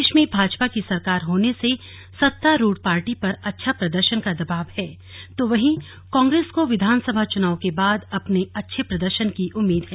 प्रदेश में भाजपा की सरकार होने से सत्तारुढ़ पार्टी पर अच्छा प्रदर्शन का दबाव है तो वही कांग्रेस को विधानसभा चुनाव के बाद अपने अच्छे प्रदर्शन की उम्मीद है